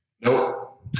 Nope